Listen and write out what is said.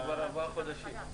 כבר עברו חודשים.